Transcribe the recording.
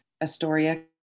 Astoria